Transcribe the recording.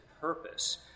purpose